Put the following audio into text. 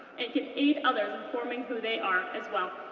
and can aid others in forming who they are as well.